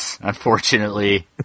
Unfortunately